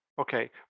Okay